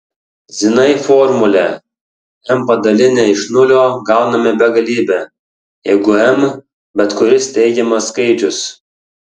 zinai formulę m padalinę iš nulio gauname begalybę jeigu m bet kuris teigiamas skaičius